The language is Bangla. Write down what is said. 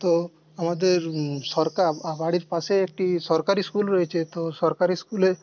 তো আমাদের সরকার বাড়ির পাশে একটি সরকারি স্কুল রয়েছে তো সরকারি স্কুলের